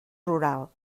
rural